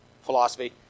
philosophy